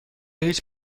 هیچ